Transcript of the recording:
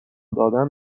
دادن